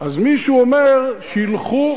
אז מישהו אומר: שילכו